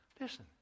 Listen